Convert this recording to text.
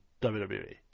WWE